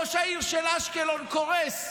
ראש העיר של אשקלון קורס.